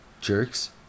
Jerks